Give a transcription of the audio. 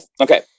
Okay